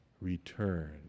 return